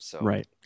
Right